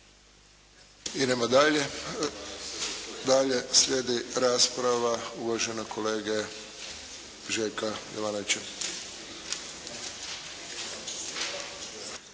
Idemo dalje. Dalje slijedi rasprava uvaženog kolege Željka Jovanovića.